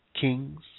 kings